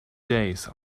days